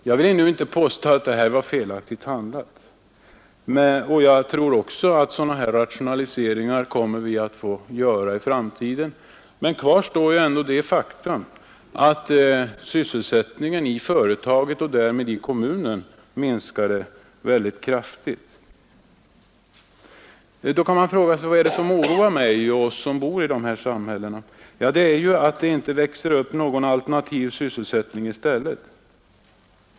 Jag vill nu inte påstå att det var felaktigt handlat, och jag tror också att sådana här rationaliseringar kommer att få göras i framtiden, men kvar står ändå det faktum att sysselsättningen i företaget och därmed i kommunen minskade väldigt kraftigt. Vad är det då som oroar oss som bor i de här samhällena? Det är att det inte växer upp någon alternativ sysselsättning i stället.